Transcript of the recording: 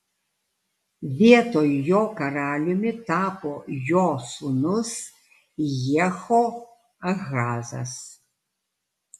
vietoj jo karaliumi tapo jo sūnus jehoahazas